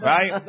Right